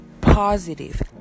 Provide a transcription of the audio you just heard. positive